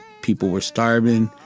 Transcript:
people were starving.